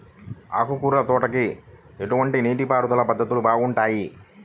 ఆకుకూరల తోటలకి ఎటువంటి నీటిపారుదల పద్ధతులు బాగుంటాయ్?